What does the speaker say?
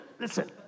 Listen